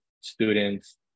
students